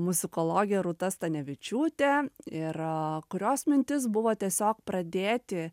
muzikologė rūta stanevičiūtė ir kurios mintis buvo tiesiog pradėti